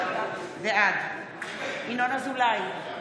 בעד ינון אזולאי,